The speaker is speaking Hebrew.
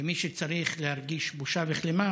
ומי שצריך להרגיש בושה וכלימה